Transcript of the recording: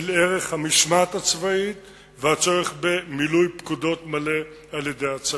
ערך המשמעת הצבאית והצורך במילוי פקודות מלא על-ידי הצבא.